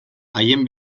haien